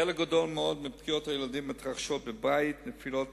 חלק גדול מאוד מפגיעות הילדים מתרחשות בבית: נפילות,